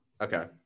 Okay